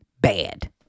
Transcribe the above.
bad